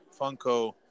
Funko